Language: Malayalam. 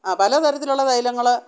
ആ പല തരത്തിലുള്ള തൈലങ്ങൾ